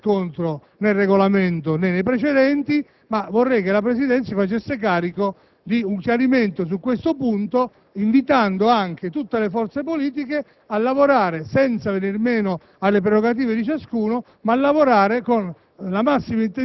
che non trova riscontro nel Regolamento né nei precedenti. Vorrei, però, che la Presidenza si facesse carico di un chiarimento su questo punto, invitando tutte le forze politiche a lavorare, senza venir meno alle prerogative di ciascuno, con